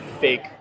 fake